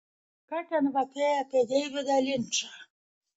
ką ten vapėjai apie deividą linčą